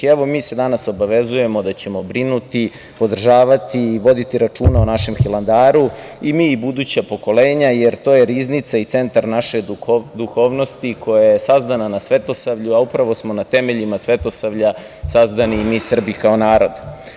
Mi se danas obavezujemo da ćemo brinuti, podržavati i voditi računa o našem Hilandaru i mi i buduća pokolenja, jer to je riznica i centar naše duhovnosti, koja je sazdana na svetosavlju, a upravo smo na temeljima svetosavlja sazdani i mi Srbi kao narod.